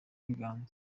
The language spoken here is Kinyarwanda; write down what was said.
ibiganza